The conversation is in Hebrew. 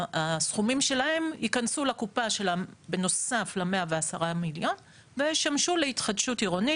הסכומים שלהם ייכנסו לקופה בנוסף ל-110 מיליון וישמשו להתחדשות עירונית.